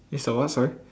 it's a what sorry